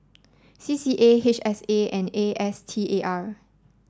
C C A H S A and A S T A R